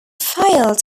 failed